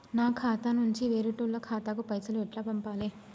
నా ఖాతా నుంచి వేరేటోళ్ల ఖాతాకు పైసలు ఎట్ల పంపాలే?